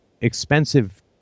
expensive